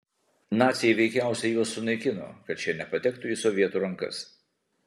naciai veikiausiai juos sunaikino kad šie nepatektų į sovietų rankas